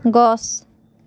গছ